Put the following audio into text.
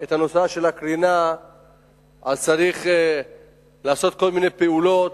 את הקרינה צריך לעשות כל מיני פעולות,